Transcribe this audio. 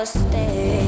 stay